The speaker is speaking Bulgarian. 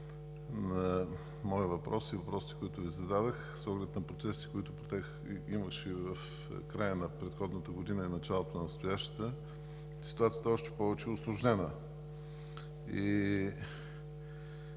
на моя въпрос и въпросите, които Ви зададох с оглед на протестите, които имаше в края на предходната година и началото на настоящата, ситуацията е още повече усложнена и